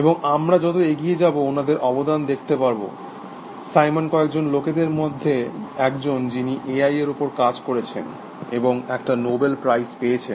এবং আমরা যত এগিয়ে যাব ওনাদের অবদান দেখতে পাব সাইমন কয়েকজন লোকেদের মধ্যে একজন যিনি এআই এর ওপর কাজ করছেন এবং একটা নোবেল প্রাইজ পেয়েছেন